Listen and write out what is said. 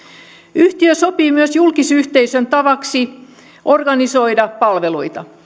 yhtiö sopii myös julkisyhteisön tavaksi organisoida palveluita